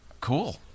Cool